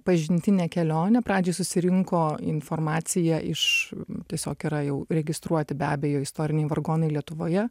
pažintinę kelionę pradžioj susirinko informaciją iš tiesiog yra jau registruoti be abejo istoriniai vargonai lietuvoje